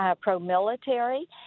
pro-military